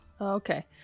Okay